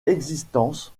existence